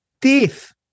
death